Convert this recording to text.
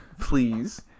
Please